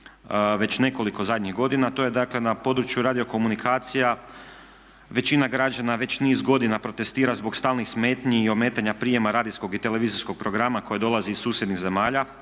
već nekoliko zadnjih godina, to je dakle na području radiokomunikacija većina građana već niz godina protestira zbog stalnih smetnji i ometanja prijema radijskog i televizijskog programa koje dolazi iz susjednih zemalja,